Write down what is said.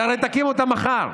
אתה הרי תקים אותה מחר,